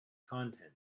content